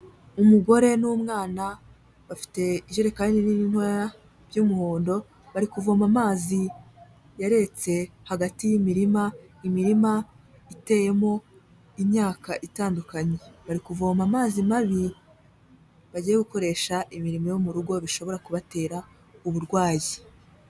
Umugore n'umwana bafite ijerekani irimo ibara ry'umuhondo, bari kuvoma amazi yaretse hagati y'imirima, imirima iteyemo imyaka itandukanye, bari kuvoma amazi mabi bajyiye gukoresha imirimo yo mu rugo, bishobora kubatera uburwayi.